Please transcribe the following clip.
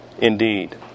indeed